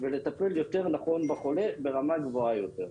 ולטפל יותר נכון בחולה וברמה גבוהה יותר.